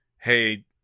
hey